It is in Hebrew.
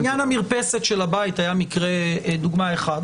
בעניין המרפסת של הבית היה מקרה, הייתה דוגמה אחת.